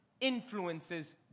influences